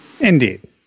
Indeed